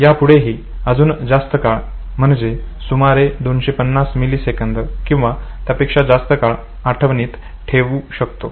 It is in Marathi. यापुढेही अजून जास्त काळ म्हणजेच सुमारे 250 मिलीसेकंद किंवा त्यापेक्षा जास्त काळ आठवणीत ठेवू शकतो